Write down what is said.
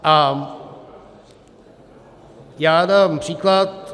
A já dám příklad.